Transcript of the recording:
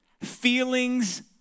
Feelings